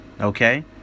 Okay